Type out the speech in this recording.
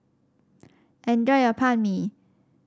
enjoy your Banh Mi